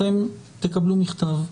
אתם תקבלו מכתב,